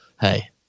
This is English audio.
hey